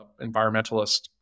environmentalist